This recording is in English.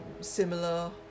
similar